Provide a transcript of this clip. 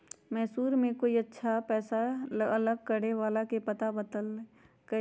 मैसूर में कोई अच्छा पैसा अलग करे वाला के पता बतल कई